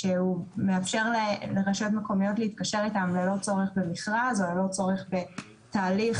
שמאפשר לרשויות המקומיות להתקשר איתם ללא צורך במכרז או ללא צורך בתהליך